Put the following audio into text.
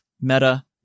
meta